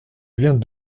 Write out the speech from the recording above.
vient